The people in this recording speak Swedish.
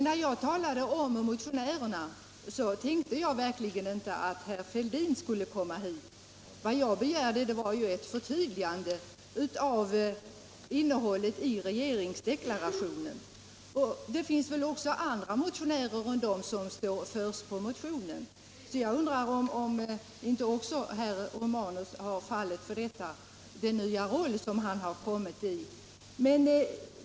När jag talade om motionärerna, tänkte jag verkligen inte att herr Fälldin skulle komma hit. Vad jag begärde var ett förtydligande av innehållet i regeringsdeklarationen. Det finns väl även andra motionärer än de som står först under motionen. Jag undrar om inte herr Romanus har fallit offer för den nya roll som han har fått.